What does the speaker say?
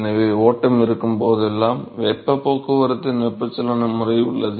எனவே ஓட்டம் இருக்கும் போதெல்லாம் வெப்பப் போக்குவரத்தின் வெப்பச்சலன முறை உள்ளது